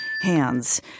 hands